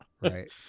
Right